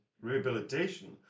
rehabilitation